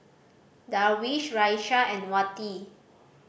Darwish Raisya and Wati